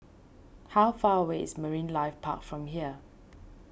how far away is Marine Life Park from here